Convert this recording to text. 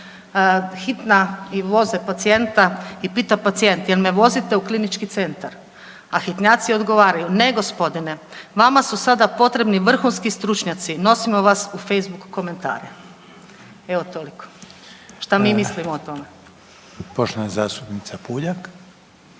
Hitna i voze pacijenta i pita pacijent jel me vozite u klinički centar, a hitnjaci odgovaraju, ne gospodine vama su sada potrebni vrhunski stručnjaci nosimo vas u Facebook komentare. Evo toliko što mi mislimo o tome. **Reiner, Željko